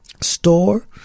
store